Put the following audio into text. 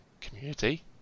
community